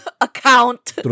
account